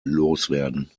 loswerden